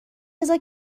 بزار